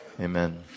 amen